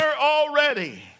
already